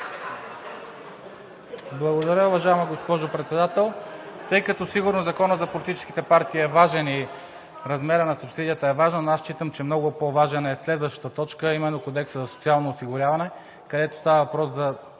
Благодаря, уважаема госпожо Председател. Сигурно Законът за политическите партии е важен и размерът на субсидията е важен, но аз считам, че много по-важна е следващата точка, а именно Кодексът за социално осигуряване, където става въпрос за